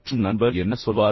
மற்றும் நண்பர் என்ன சொல்வார்